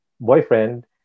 boyfriend